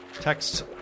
text